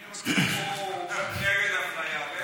אני רוצה לשמוע, נגד אפליה.